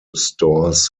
stores